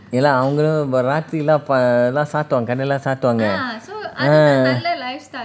ya lah அவங்களும் வராட்டி லாம் எல்லாம் சாத்துவாங்க கடைலாம் சாத்துவாங்க:avangalum varati lam ellam saathuvaanga kadailam saathuvanga ah